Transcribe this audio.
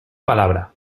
palabra